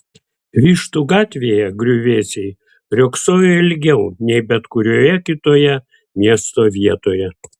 vištų gatvėje griuvėsiai riogsojo ilgiau nei bet kurioje kitoje miesto vietoje